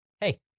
hey